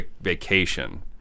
vacation